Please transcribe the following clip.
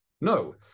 No